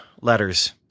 letters